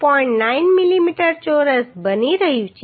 9 millimetre ચોરસ બની રહ્યું છે